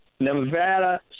Nevada